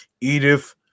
Edith